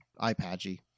iPadgy